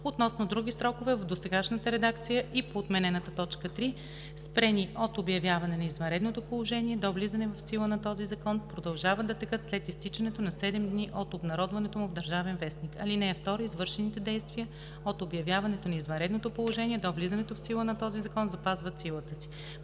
относно „други срокове“ в досегашната редакция и по отменената т. 3, спрени от обявяването на извънредното положение до влизането в сила на този закон, продължават да текат след изтичането на 7 дни от обнародването му в „Държавен вестник“. (2) Извършените действия от обявяването на извънредното положение до влизането в сила на този закон запазват силата си.“